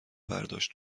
برداشت